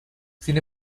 sin